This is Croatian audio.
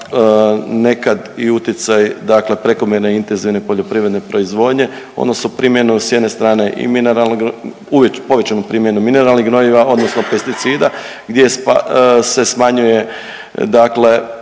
nekad i utjecaj prekomjerne intenzivne poljoprivredne proizvodnje odnosno primjenu s jedne strane i mineralnih povećanu primjenu mineralnih gnojiva odnosno pesticida gdje se smanjuje PH